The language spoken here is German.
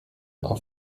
auf